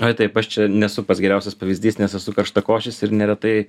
oi taip aš čia nesu pats geriausias pavyzdys nes esu karštakošis ir neretai